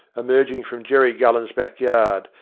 emerging from jerry gullen's backyard,